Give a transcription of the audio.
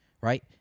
right